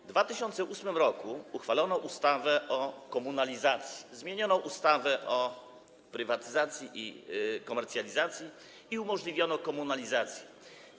W 2008 r. uchwalono ustawę o komunalizacji, zmieniono ustawę o prywatyzacji i komercjalizacji i umożliwiono komunalizację.